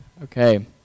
Okay